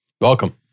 Welcome